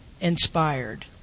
inspired